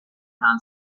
found